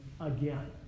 again